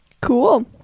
Cool